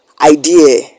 idea